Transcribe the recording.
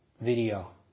video